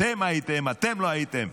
אתם הייתם, אתם לא הייתם.